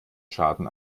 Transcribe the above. schaden